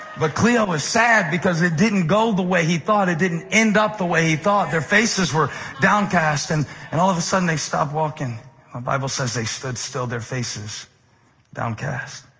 but cleo is sad, because it didn't go the way he thought. it didn't end up the way he thought. their faces were downcast. and and all of a sudden, they stop walking. the um bible says, they stood still, their faces downcast.